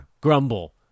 grumble